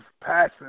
passing